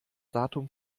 datum